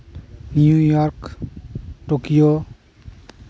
New York Tokyo